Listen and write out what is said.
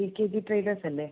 V K P traders അല്ലേ